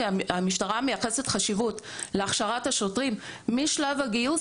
כי המשטרה מייחסת חשיבות להכשרת השוטרים משלב הגיוס,